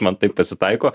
man taip pasitaiko